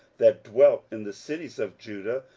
that dwelt in the cities of judah,